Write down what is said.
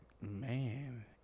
man